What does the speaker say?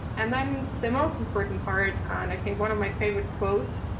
and then the most important part, and i think one of my favorite quotes,